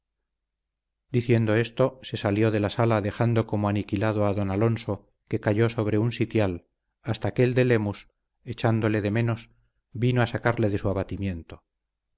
diciendo esto se salió de la sala dejando como aniquilado a don alonso que cayó sobre un sitial hasta que el de lemus echándole de menos vino a sacarle de su abatimiento